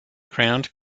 crowned